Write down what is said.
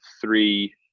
three